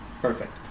Perfect